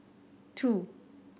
two